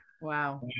wow